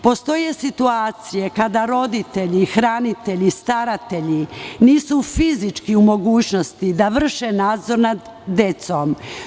Postoje situacije kada roditelji, hranitelji i staratelji nisu fizički u mogućnosti da vrše nadzor nad decom.